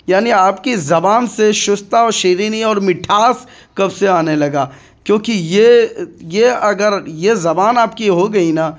یعنی آپ کی زبان سے شستہ و شیرینی اور مٹھاس کب سے آنے لگا کیونکہ یہ یہ اگر یہ زبان آپ کی ہو گئی نا